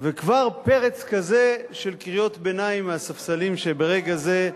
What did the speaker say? וכבר פרץ כזה של קריאות ביניים מהספסלים שברגע זה,